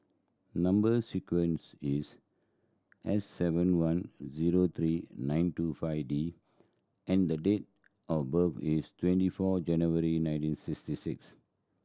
number sequence is S seven one zero three nine two five D and the date of birth is twenty four January nineteen sixty six